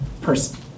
person